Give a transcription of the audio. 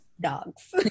dogs